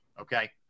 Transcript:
Okay